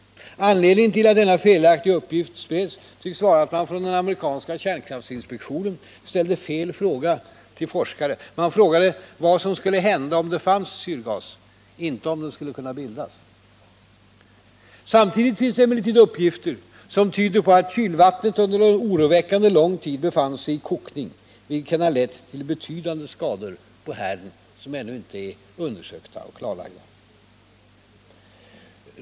Anledningen tillatt denna felaktiga uppgift spreds tycks vara att man från den amerikanska kärnkraftsinspektionen ställde fel fråga till forskare. Man frågade vad som skulle hända om det fanns syrgas, inte om syrgas skulle kunna bildas. Samtidigt finns det emellertid uppgifter som tyder på att kylvattnet under en oroväckande lång tid befann sig i kokning, vilket kan ha lett till betydande skador på härden som ännu inte är undersökta och klarlagda.